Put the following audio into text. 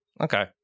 Okay